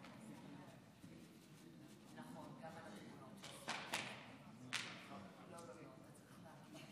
אנחנו ננצל את הדקה הזאת בשביל להקריא לחברי הכנסת החדשים,